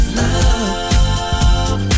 love